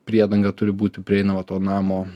priedanga turi būti prieinama to namo